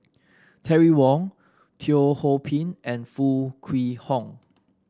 Terry Wong Teo Ho Pin and Foo Kwee Horng